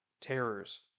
terrors